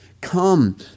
Come